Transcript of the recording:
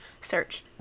search